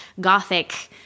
gothic